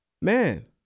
Man